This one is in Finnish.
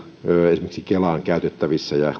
esimerkiksi kelan käytettävissä ja